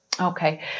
Okay